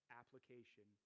application